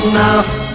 now